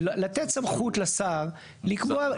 ולתת סמכות לשר לקבוע,